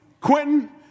Quentin